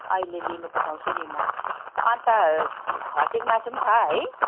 अहिले लिनु पठाउँछु नि म अन्त खसीको मासु पनि छ है